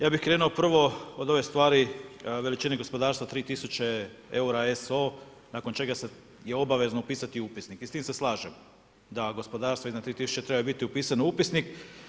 Ja bih krenuo prvo od ove stvari veličine gospodarstva 3000 eura SO nakon čega je obavezano upisati u upisnik i s tim se slažem da gospodarstvo iznad 3000 treba biti upisano u upisnik.